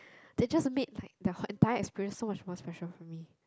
that just made like the entire experience so much more special for me